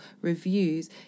reviews